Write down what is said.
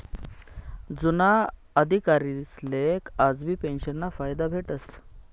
जुना अधिकारीसले आजबी पेंशनना फायदा भेटस